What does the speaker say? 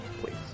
Please